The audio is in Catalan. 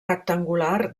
rectangular